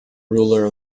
ruler